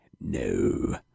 No